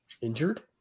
injured